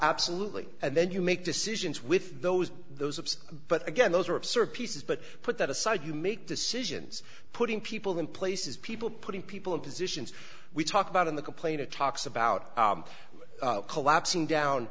absolutely and then you make decisions with those those apps but again those are absurd pieces but put that aside you make decisions putting people in places people putting people in positions we talked about in the complaint it talks about collapsing down